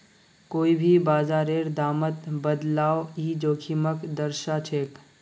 कोई भी बाजारेर दामत बदलाव ई जोखिमक दर्शाछेक